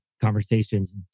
conversations